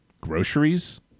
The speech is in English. Groceries